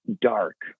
dark